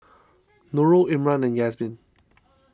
Nurul Imran and Yasmin